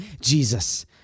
Jesus